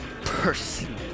person